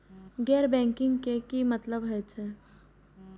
गैर बैंकिंग के की मतलब हे छे?